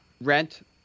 rent